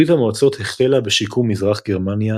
ברית המועצות החלה בשיקום מזרח גרמניה